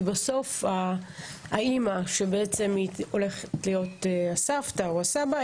כי בסוף האמא שבעצם היא הולכת להיות הסבתא או הסבא,